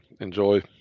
enjoy